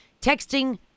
texting